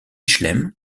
chelem